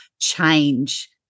change